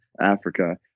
africa